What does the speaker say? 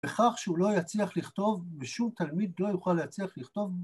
‫לכך שהוא לא יצליח לכתוב, ‫ושום תלמיד לא יוכל להצליח לכתוב